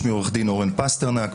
שמי עו"ד אורן פסטנרק,